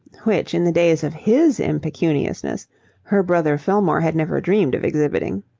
which in the days of his impecuniousness her brother fillmore had never dreamed of exhibiting.